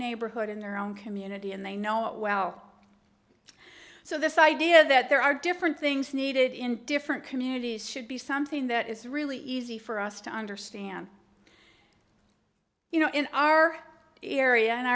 neighborhood in their own community and they know it well so this idea that there are different things needed in different communities should be something that is really easy for us to understand you know in our area